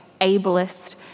ableist